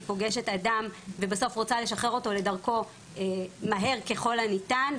פוגש את האדם ובסוף רוצה לשחרר אותו לדרכו מהר ככל הניתן.